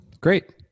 Great